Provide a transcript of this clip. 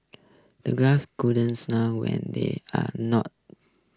the guards couldn't laugh when they are not